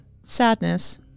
Sadness